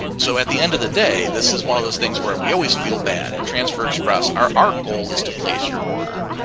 so at the end of the day, this is one of those things where we always feel bad at transfer express. our art goal is to place your order.